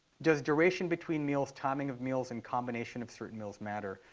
does duration between meals, timing of meals, and combination of certain meals matter?